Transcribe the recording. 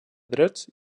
drets